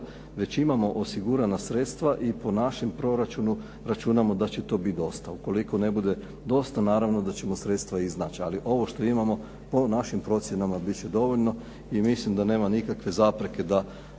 već imamo osigurana sredstva i po našem proračunu računamo da će to biti dosta. Ukoliko ne bude dosta naravno da ćemo sredstva iznaći, ali ovo što imamo po našim procjenama bit će dovoljno. I mislim da nema nikakve zapreke da